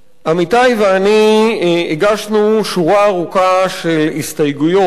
עמיתי ואני הגשנו שורה ארוכה של הסתייגויות